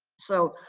so,